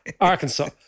Arkansas